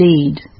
indeed